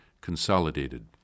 consolidated